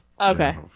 Okay